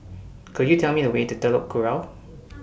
Could YOU Tell Me The Way to Telok Kurau